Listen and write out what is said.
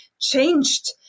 changed